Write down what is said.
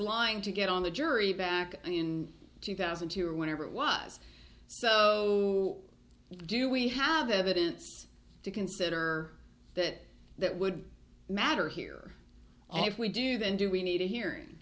lying to get on the jury back in two thousand and two or whenever it was so do we have evidence to consider that that would matter here and if we do then do we needed he